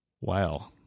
Wow